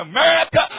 America